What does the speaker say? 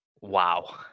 wow